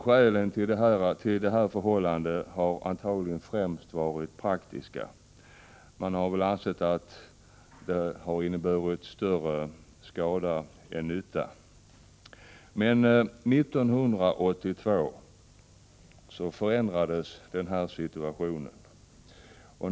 Skälen till detta förhållande har antagligen främst varit praktiska — man har väl ansett att det skulle innebära större skada än nytta. 1982 förändrades emellertid denna situation.